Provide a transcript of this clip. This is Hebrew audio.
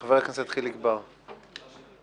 חבר הכנסת חיליק בר, בבקשה.